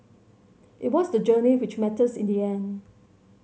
it was the journey which matters in the end